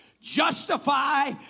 justify